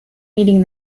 meeting